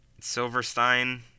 Silverstein